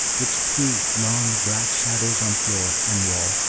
which threw long, black shadows on floor and wall,